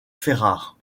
ferrare